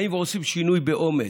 באים ועושים שינוי, באומץ,